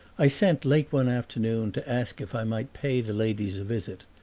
i sent late one afternoon to ask if i might pay the ladies a visit,